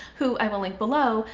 who i will link below,